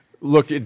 look